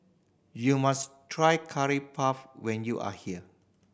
you must try Curry Puff when you are here